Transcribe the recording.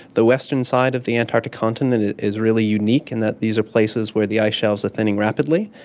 the western side of the antarctic continent is really unique in that these are places where the ice shelves are thinning rapidly.